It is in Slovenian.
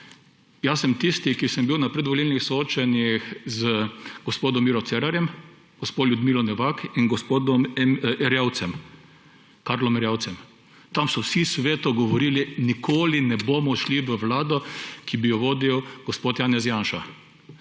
Jaz sem tisti, ki sem bil na predvolilnih soočanjih z gospodom Mirom Cerarjem, gospo Ljudmilo Novak in gospodom Erjavcem. Tam so vsi sveto govorili, da nikoli ne bodo šli v vlado, ki bi jo vodil gospod Janez Janša.